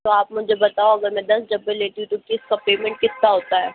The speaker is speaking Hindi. तो आप मुझे बताओ अगर मैं दस डब्बे लेती हूँ तो इसका का पेमेंट कितना होता है